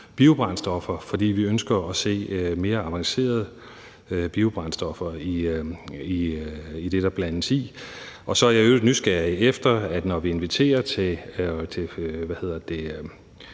førstegenerationsbiobrændstoffer, fordi vi ønsker at se mere avancerede biobrændstoffer i det, der blandes i. Så er jeg i øvrigt nysgerrig efter – når vi inviterer til